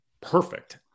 perfect